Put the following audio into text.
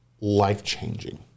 life-changing